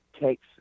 takes